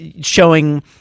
showing